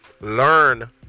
learn